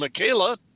Michaela